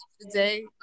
today